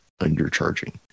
undercharging